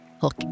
Hook